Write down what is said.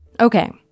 Okay